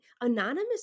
anonymous